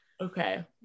Okay